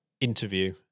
interview